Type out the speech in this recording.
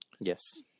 yes